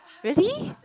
really